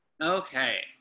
Okay